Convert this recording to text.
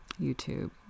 YouTube